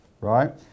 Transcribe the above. right